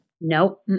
No